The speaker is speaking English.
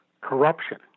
corruption